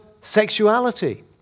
sexuality